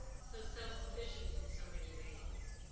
so self-sufficient in so many ways.